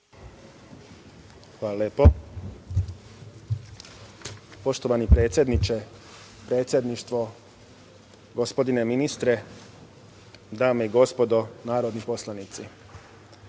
Hvala lepo. Poštovani predsedniče, predsedništvo, gospodine ministre, dame i gospodo narodni poslanici,